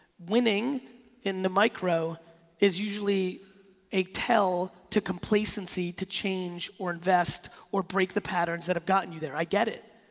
winning in the micro is usually a tell to complacency to change or invest or break the patterns that have gotten you there, i get it.